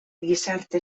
gizarte